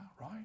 right